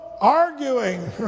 arguing